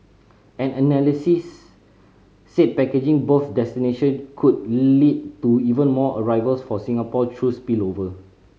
an analysts said packaging both destination could lead to even more arrivals for Singapore through spillover